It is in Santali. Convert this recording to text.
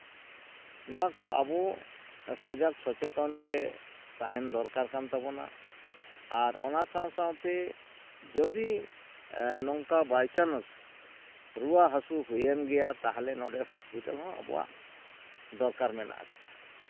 ᱱᱚᱣᱟ ᱠᱚ ᱟᱵᱚ ᱥᱚᱡᱟᱜᱽ ᱥᱚᱪᱮᱛᱚᱱ ᱨᱮ ᱛᱟᱦᱮᱱ ᱫᱚᱨᱠᱟᱨ ᱠᱟᱱ ᱛᱟᱵᱚᱱᱟ ᱟᱨ ᱚᱱᱟ ᱥᱟᱶ ᱥᱟᱶᱛᱮ ᱡᱚᱫᱤ ᱱᱚᱝᱠᱟ ᱵᱟᱭᱪᱟᱱᱚᱥ ᱨᱩᱣᱟᱹ ᱦᱟᱹᱥᱩ ᱦᱩᱭᱮᱱ ᱜᱮᱭᱟ ᱛᱟᱦᱚᱞᱮ ᱱᱚᱰᱮ ᱦᱚᱥᱯᱤᱴᱟᱞ ᱦᱚᱸ ᱟᱵᱚᱣᱟᱜ ᱫᱚᱨᱠᱟᱨ ᱢᱮᱱᱟᱜ ᱟᱠᱟᱫᱼᱟ